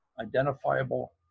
identifiable